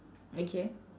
okay